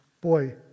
boy